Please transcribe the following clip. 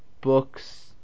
books